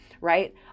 right